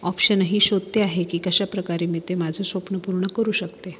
ऑप्शनही शोधते आहे की कशा प्रकारे मी ते माझं स्वप्न पूर्ण करू शकते